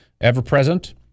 ever-present